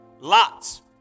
Lots